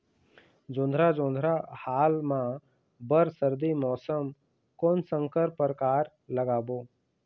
जोंधरा जोन्धरा हाल मा बर सर्दी मौसम कोन संकर परकार लगाबो?